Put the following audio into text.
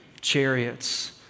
Chariots